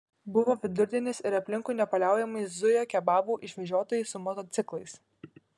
buvo vidurdienis ir aplinkui nepaliaujamai zujo kebabų išvežiotojai su motociklais